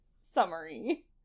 summary